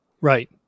Right